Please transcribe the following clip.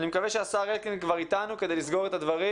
אני מקווה שהשר אלקין כבר אתנו כדי לסגור את הדברים